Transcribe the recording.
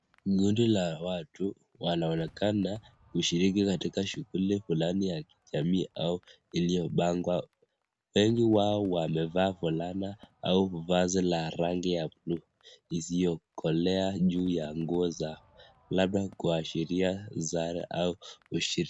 Kundi la watu, wanaonekana kushiriki katika shughuli fulani ya kijamii au iliyopangwa. Wengi wao wamevaa fulana au vazi la rangi ya bluu isiyokolea juu ya nguo zao labda kuashiria zare au ushi.